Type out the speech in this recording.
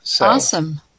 Awesome